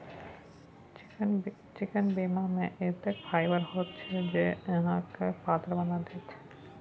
चिकना बीया मे एतेक फाइबर होइत छै जे अहाँके पातर बना देत